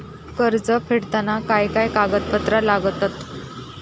कर्ज फेडताना काय काय कागदपत्रा लागतात?